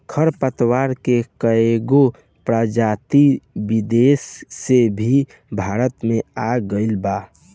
खर पतवार के कएगो प्रजाति विदेश से भी भारत मे आ गइल बा